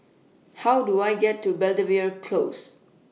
How Do I get to Belvedere Close